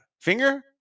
finger